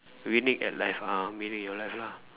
winning at life uh meaning your life lah